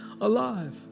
alive